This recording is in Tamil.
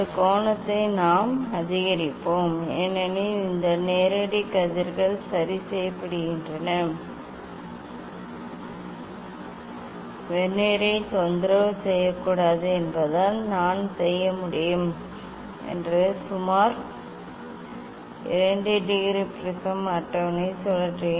இந்த கோணத்தை நாம் அதிகரிப்போம் ஏனெனில் இந்த நேரடி கதிர்கள் சரி செய்யப்படுகின்றன வெர்னியரை தொந்தரவு செய்யக்கூடாது என்பதால் நான் செய்ய முடியும் என்று சுமார் 2 டிகிரி ப்ரிஸம் அட்டவணையை சுழற்றுகிறேன்